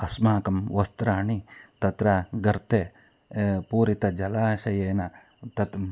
अस्माकं वस्त्राणि तत्र गर्ते पूरितानि जलाशयेन तत्